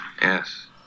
Yes